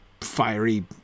fiery